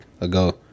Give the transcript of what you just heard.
ago